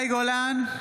(קוראת בשמות חברי הכנסת) מאי גולן,